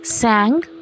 Sang